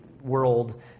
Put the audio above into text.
world